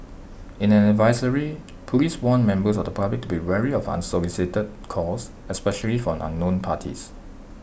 in an advisory Police warned members of the public to be wary of unsolicited calls especially from unknown parties